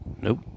Nope